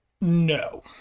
No